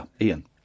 Ian